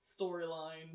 storyline